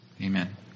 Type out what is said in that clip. amen